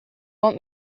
want